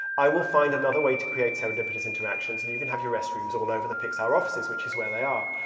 i will find another way to create serendipitous interactions and you can have your restrooms all over the pixar offices, which is where they are.